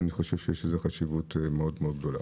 ואני חושב שיש לזה חשיבות מאוד גדולה.